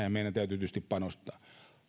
ja niihinhän meidän täytyy tietysti panostaa